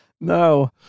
No